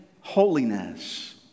holiness